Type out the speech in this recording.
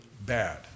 bad